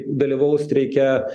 dalyvaus streike